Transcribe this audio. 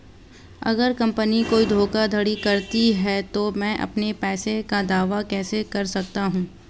अगर कंपनी कोई धोखाधड़ी करती है तो मैं अपने पैसे का दावा कैसे कर सकता हूं?